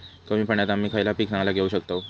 कमी पाण्यात आम्ही खयला पीक चांगला घेव शकताव?